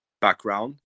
background